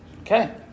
Okay